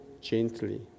gently